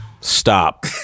Stop